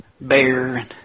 bear